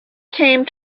came